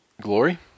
glory